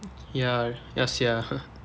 ya ya sia